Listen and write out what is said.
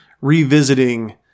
revisiting